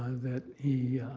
that he